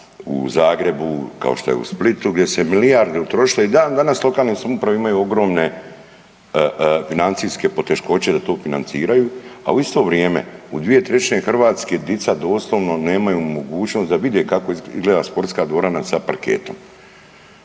u Zagrebu, kao što je u Splitu gdje su se milijarde utrošile i dan danas lokalne samouprave imaju ogromne financijske poteškoće da to financiraju, a u isto vrijeme u 2/3 Hrvatske djeca doslovno nemaju mogućnost da vide kako izgleda sportska dvorana sa parketom.